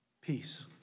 peace